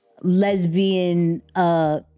lesbian